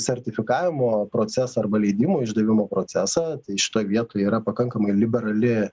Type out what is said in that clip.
sertifikavimo procesą arba leidimų išdavimo procesą tai šitoj vietoj yra pakankamai liberali